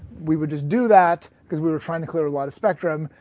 we would just do that because we were trying to clear a lot of spectrum.